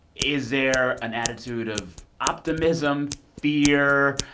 is there an attitude of optimism, fear?